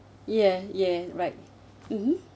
yeah yeah right mmhmm